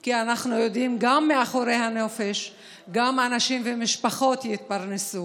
כי אנחנו יודעים גם שמאחורי הנופש אנשים ומשפחות יתפרנסו.